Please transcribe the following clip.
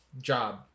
job